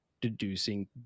deducing